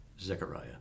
Zechariah